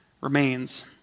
remains